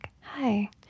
hi